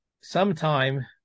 Sometime